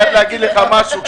משהו,